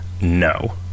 no